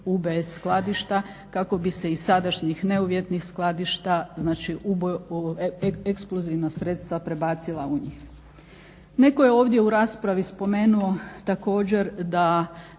UBS skladišta kako bi se iz sadašnjih ne uvjetnih skladišta znači eksplozivna sredstva prebacila u njih. Neko je ovdje u raspravi spomenuo, također da